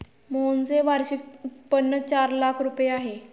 मोहनचे वार्षिक उत्पन्न चार लाख रुपये आहे